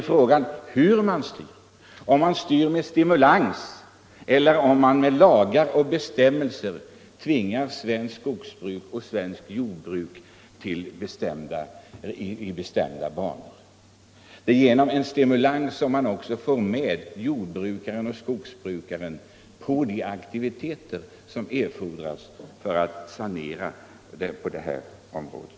Men frågan är hur man styr, om man styr med stimulans eller om man med lagar och bestämmelser tvingar svenskt skogsbruk och svenskt jordbruk in i bestämda banor. Det är genom stimulans man får med jordbrukaren och skogsbrukaren på de aktiviteter som erfordras för att sanera på det här området.